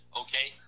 okay